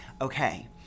okay